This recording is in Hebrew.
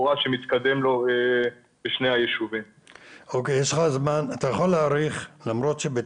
יש פה את ראש הרשות.